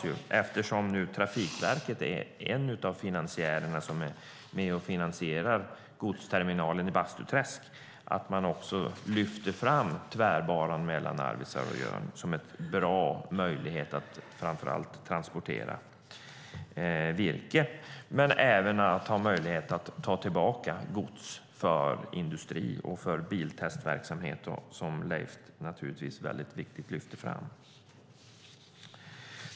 Eftersom Trafikverket är en av dem som finansierar godsterminalen i Bastuträsk hoppas jag att man lyfter fram tvärbanan mellan Arvidsjaur och Jörn som en bra möjlighet att transportera virke och transportera tillbaka gods för industri och biltestverksamhet, vilket Leif Pettersson lyfte fram.